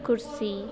ਕੁਰਸੀ